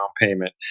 payment